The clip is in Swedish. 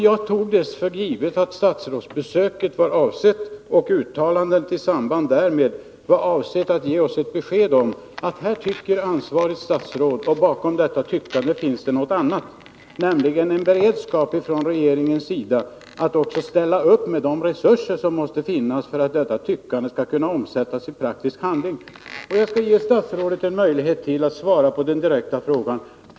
Jag tog det för givet att statsrådsbesöket och uttalandena i samband därmed var avsedda att ge oss besked om att här tycker det ansvariga statsrådet någonting, och bakom detta tyckande finns det något annat, nämligen en beredskap från regeringens sida att också ställa upp med de resurser som måste finnas för att detta tyckande skall kunna omsättas i praktisk handling. Jag skall ge statsrådet en möjlighet till att svara på den direkta frågan.